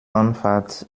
anfahrt